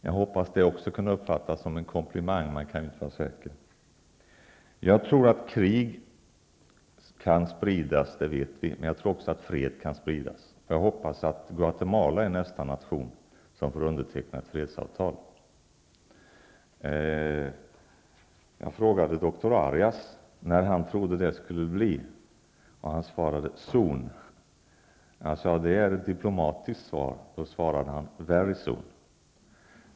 Jag hoppas att det också kan uppfattas som en komplimang. Man kan ju inte vara säker. Att krig kan spridas, det vet vi. Men jag tror också att fred kan spridas. Jag hoppas att Guatemala är nästa nation som får underteckna ett fredsavtal. Jag frågade doktor Arias när han trodde att det skulle bli. Han svarade: Soon. Jag sade att det var ett diplomatiskt svar. Då svarade han: Very soon.